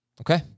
Okay